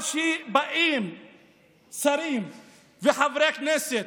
אבל כשבאים שרים וחברי כנסת